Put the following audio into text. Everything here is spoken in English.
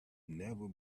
never